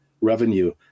revenue